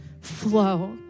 flow